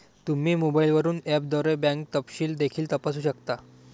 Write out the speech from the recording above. तुम्ही मोबाईलवरून ऍपद्वारे बँक तपशील देखील तपासू शकता